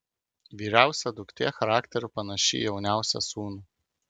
vyriausia duktė charakteriu panaši į jauniausią sūnų